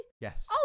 yes